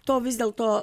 to vis dėl to